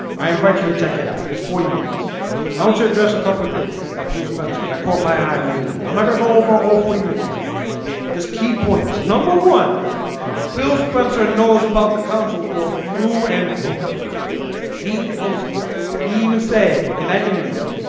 i invite you to check it out. it's forty minutes i want to address a couple of things that feel spencer that caught my eye and i didn't if you i'm not gonna go over all forty minutes just key points number one phil spencer knows about the council war through and through he knows he even said in that interview